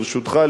ברשותך,